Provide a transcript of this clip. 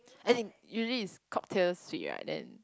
as in usually it's cocktail sweet right then